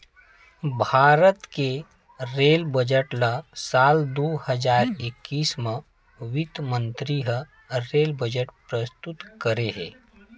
भारत के rail budget ल साल दू हजार एक्कीस म बित्त मंतरी ह रेल बजट प्रस्तुत करे हे